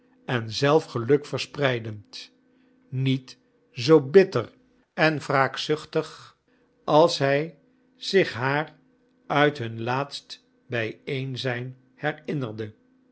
en zelf geluk verspreidend niet zoo bitter en wraakzuchtig als hij zich haar uit hun laatst bijeenzijn herinnerde